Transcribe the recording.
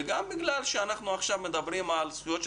וגם מכיוון שעכשיו אנחנו מדברים על זכויות של